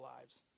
lives